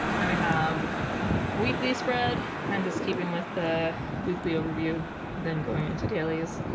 then we have weekly spread i'm just keeping with the weekly overview then going into dailies